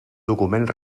document